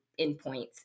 endpoints